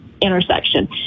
intersection